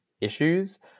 issues